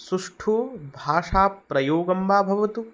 सुष्ठु भाषाप्रयोगं वा भवतु